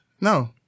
No